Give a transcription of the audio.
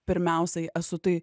pirmiausiai esu tai